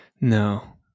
No